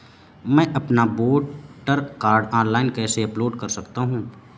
मैं अपना voter card online कैसे अपलोड कर सकता हूँ?